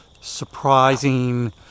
surprising